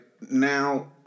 now